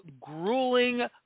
grueling